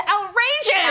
outrageous